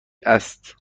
است